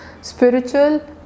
Spiritual